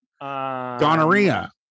Gonorrhea